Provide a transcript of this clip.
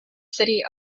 city